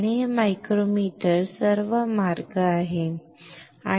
आणि हे मायक्रोमीटर सर्व मार्ग आहे